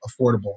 affordable